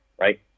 right